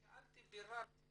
שאלתי, ביררתי את העניין.